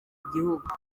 gihugu